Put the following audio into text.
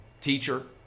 Teacher